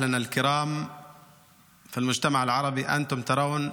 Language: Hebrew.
(אומר דברים בשפה הערבית, להלן תרגומם:)